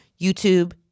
YouTube